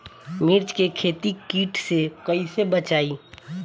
मिर्च के खेती कीट से कइसे बचाई?